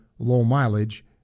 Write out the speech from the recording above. low-mileage